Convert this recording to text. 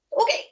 Okay